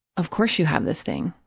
of course you have this thing.